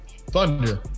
Thunder